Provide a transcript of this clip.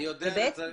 אני יודע את זה.